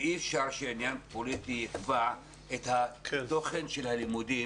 ואי אפשר שעניין פוליטי יקבע את התוכן של הלימודים.